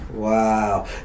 wow